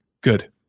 Good